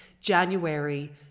January